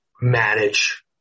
manage